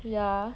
ya